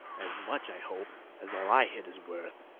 as much, i hope, as all i hid is worth.